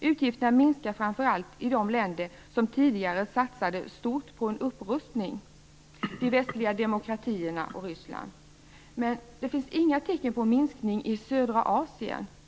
Utgifterna minskar framför allt i de länder som tidigare satsade stort på en upprustning, nämligen i de västliga demokratierna och Ryssland. Men det finns inga tecken på en minskning i södra Asien.